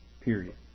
period